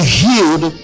healed